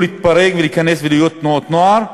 להתברג ולהיכנס ולהיות תנועות נוער,